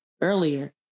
earlier